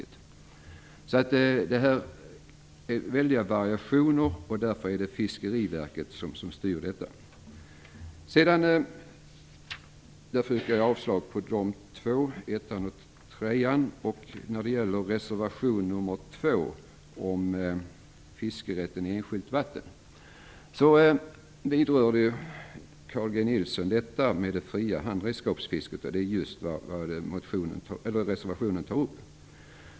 Det finns alltså väldiga variationer i detta avseende, och det är därför Fiskeriverket som styr. Därför yrkar jag avslag på reservationerna 1 och 3. Sedan gäller det reservation nr. 2 om fiskerätten i enskilt vatten. Carl G Nilsson vidrörde ju detta med det fria handredskapsfisket. Det är just det reservationen tar upp.